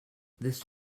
this